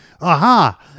aha